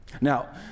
Now